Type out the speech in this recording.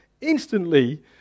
instantly